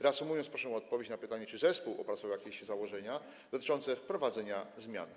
Reasumując, proszę o odpowiedź na pytanie, czy zespół opracował jakieś założenia dotyczące wprowadzenia zmian.